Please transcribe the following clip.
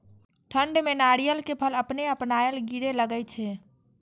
ठंड में नारियल के फल अपने अपनायल गिरे लगए छे?